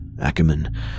Ackerman